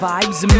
Vibes